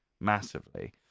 massively